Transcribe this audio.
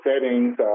settings